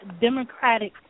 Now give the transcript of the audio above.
democratic